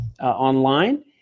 online